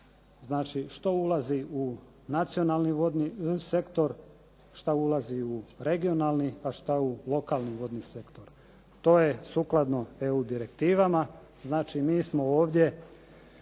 znači što ulazi u nacionalni vodni sektor, šta ulazi u regionalni, a šta u lokalni vodni sektor. To je sukladno EU direktivama, znači mi smo ovdje